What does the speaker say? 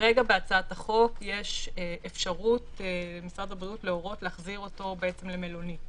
כרגע בהצעת החוק יש אפשרות למשרד הבריאות להורות להחזיר אותו למלונית,